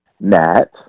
Matt